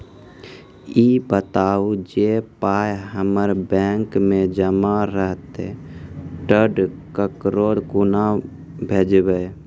ई बताऊ जे पाय हमर बैंक मे जमा रहतै तऽ ककरो कूना भेजबै?